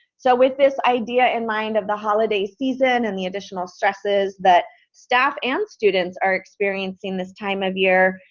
so with this idea in mind of the holiday season and the additional stresses that staff and students are experiencing this time of year,